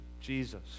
Jesus